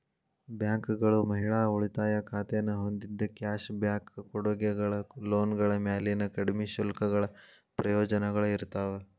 ಬ್ಯಾಂಕ್ಗಳು ಮಹಿಳಾ ಉಳಿತಾಯ ಖಾತೆನ ಹೊಂದಿದ್ದ ಕ್ಯಾಶ್ ಬ್ಯಾಕ್ ಕೊಡುಗೆಗಳ ಲೋನ್ಗಳ ಮ್ಯಾಲಿನ ಕಡ್ಮಿ ಶುಲ್ಕಗಳ ಪ್ರಯೋಜನಗಳ ಇರ್ತಾವ